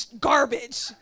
garbage